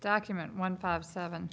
document one five seven